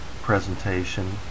presentation